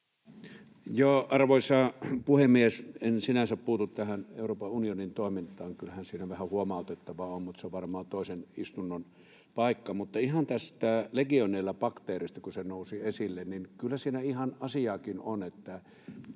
Arvoisa puhemies! En sinänsä puutu tähän Euroopan unionin toimintaan. Kyllähän siinä vähän huomautettavaa on, mutta se on varmaan toisen istunnon paikka. Mutta ihan tästä Legionella-bakteerista, kun se nousi esille: kyllä siinä ihan asiaakin on.